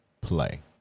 play